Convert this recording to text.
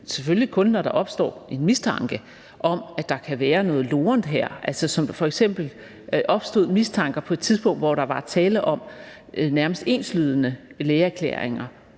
selvfølgelig kun, når der opstår en mistanke om, at der kan være noget lorent her. F.eks. opstod der mistanke på et tidspunkt, hvor der var tale om nærmest enslydende lægeerklæringer